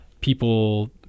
people